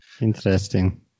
Interesting